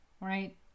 right